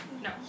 No